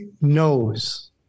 knows